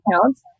accounts